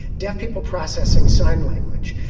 deaf people processing sign language,